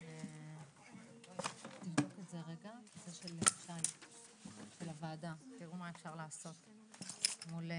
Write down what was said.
12:16.